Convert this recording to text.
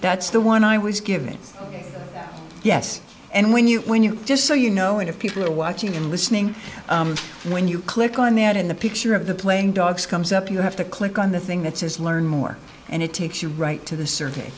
that's the one i was giving yes and when you when you just so you know if people are watching and listening when you click on the add in the picture of the playing dogs comes up you have to click on the thing that says learn more and it takes you right to the survey